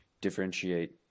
differentiate